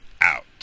out